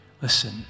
Listen